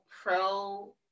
pro